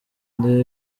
ndiho